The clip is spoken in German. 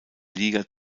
liga